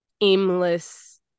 aimless